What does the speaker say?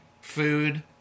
food